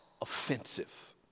offensive